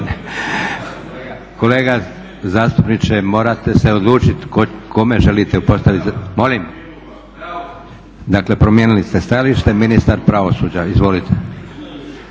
Kolega zastupniče, morate se odlučiti kome želite postaviti. …/Upadica se ne čuje./… Molim? Dakle promijenili ste stajalište, ministar pravosuđa, izvolite.